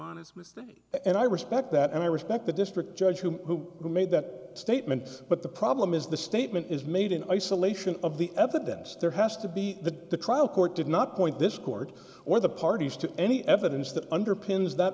honest mistake and i respect that and i respect the district judge who made that statement but the problem is the statement is made in isolation of the evidence there has to be the trial court did not point this court or the parties to any evidence that underpins that